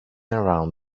around